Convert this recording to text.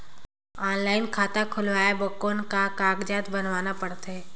Online खाता खुलवाय बर कौन कागज बनवाना पड़थे?